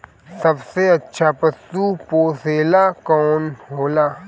सबसे अच्छा पशु पोसेला कौन होला?